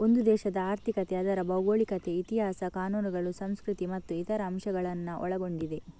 ಒಂದು ದೇಶದ ಆರ್ಥಿಕತೆ ಅದರ ಭೌಗೋಳಿಕತೆ, ಇತಿಹಾಸ, ಕಾನೂನುಗಳು, ಸಂಸ್ಕೃತಿ ಮತ್ತು ಇತರ ಅಂಶಗಳನ್ನ ಒಳಗೊಂಡಿದೆ